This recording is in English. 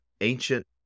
ancient